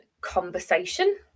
conversation